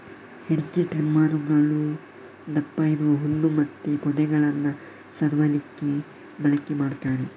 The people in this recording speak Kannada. ಹೆಡ್ಜ್ ಟ್ರಿಮ್ಮರುಗಳು ದಪ್ಪ ಇರುವ ಹುಲ್ಲು ಮತ್ತೆ ಪೊದೆಗಳನ್ನ ಸವರ್ಲಿಕ್ಕೆ ಬಳಕೆ ಮಾಡ್ತಾರೆ